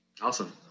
Awesome